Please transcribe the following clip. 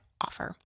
offer